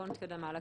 בואו נתקדם הלאה.